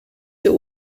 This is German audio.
der